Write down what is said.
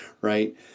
right